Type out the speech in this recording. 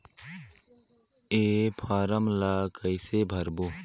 ये फारम ला कइसे भरो?